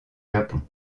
japon